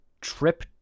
Trip